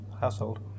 household